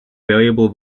variable